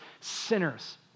sinners